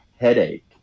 headache